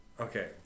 Okay